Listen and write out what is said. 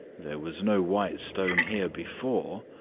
there was no white stone here before.